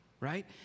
right